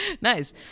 Nice